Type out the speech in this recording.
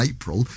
April